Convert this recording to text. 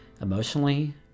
emotionally